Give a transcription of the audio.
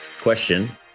question